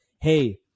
hey